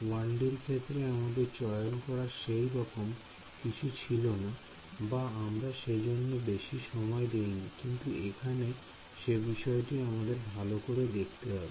1D এর ক্ষেত্রে আমাদের চয়ন করার সেই রকম কিছু ছিল না বা আমরা সেজন্য বেশি সময় দেইনি কিন্তু এখানে সে বিষয়টা আমাদের ভালো করে দেখতে হবে